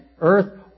earth